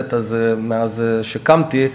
בכנסת מאז שקמתי.